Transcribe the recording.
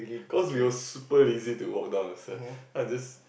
cause we were super lazy to walk down the stairs so I just